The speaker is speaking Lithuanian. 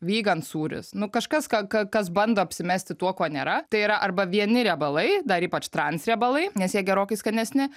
vygan sūris nu kažkas ką ką kas bando apsimesti tuo kuo nėra tai yra arba vieni riebalai dar ypač transriebalai nes jie gerokai skanesni